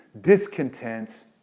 discontent